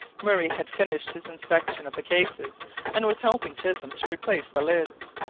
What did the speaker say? murray had finished his inspection of the cases and was helping chisholm to replace the lids.